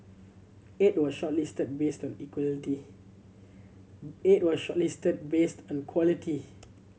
eight were shortlisted based on equality eight were shortlisted based on quality